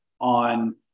on